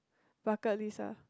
bucket list ah